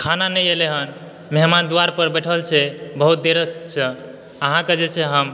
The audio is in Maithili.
खाना नहि एलै हन मेहमान द्वार पर बैठल छै बहुत देर सॅं अहाँके जे छै हम